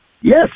Yes